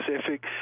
specific